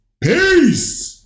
Peace